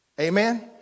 amen